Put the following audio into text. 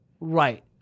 Right